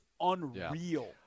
unreal